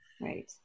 Right